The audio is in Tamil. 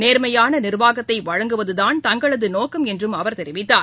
நேர்மையானநிர்வாகத்தைவழங்குவதுதான் தங்களதநோக்கம் என்றும் அவர் தெரிவித்தார்